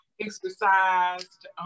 exercised